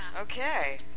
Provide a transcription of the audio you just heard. Okay